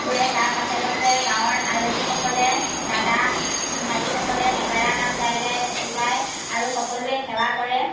ঘূৰে তাৰ পাছে পাছে গাঁৱৰ আয়তীসকলে দাদা ভাইটিসকলে নাগাৰা নাম গাই গাই যায় আৰু সকলোৱে সেৱা কৰে